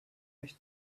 mich